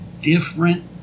different